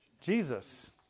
Jesus